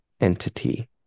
entity